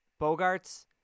Bogarts